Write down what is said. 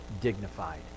dignified